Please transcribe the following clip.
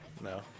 No